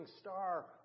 star